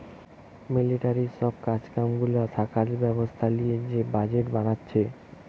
মিলিটারির সব গুলা কাজ কাম থাকা ব্যবস্থা লিয়ে যে বাজেট বানাচ্ছে